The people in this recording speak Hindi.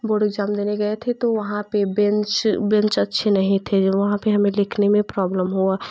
बोर्ड इग्जाम देने गए थे तो वहाँ पे बेंच बेंच अच्छे नहीं थे वहाँ पे हमें लिखने में प्रॉब्लेम हुआ